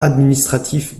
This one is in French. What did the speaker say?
administratif